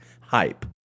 hype